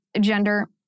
gender